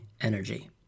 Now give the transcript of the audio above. energy